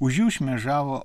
už jų šmėžavo